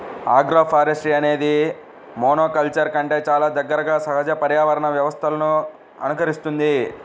agroforestry అనేది మోనోకల్చర్ల కంటే చాలా దగ్గరగా సహజ పర్యావరణ వ్యవస్థలను అనుకరిస్తుంది